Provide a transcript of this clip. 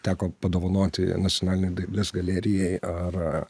teko padovanoti nacionalinei dailės galerijai ar